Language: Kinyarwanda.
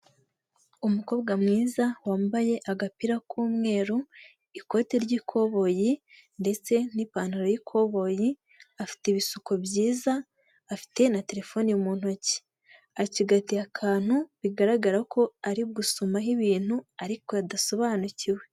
Umukobwa mwiza wambaye agapira k'umweru, ikote ry'ikoboyi, ndetse n'ipantaro y'ikoboyi, afite ibisuko byiza, afite na telefone mu ntoki. Acigatiye akantu, bigaragara ko ari gusomaho ibintu, ariko adasobanukiwe.